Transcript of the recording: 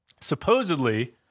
supposedly